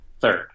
third